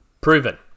Proven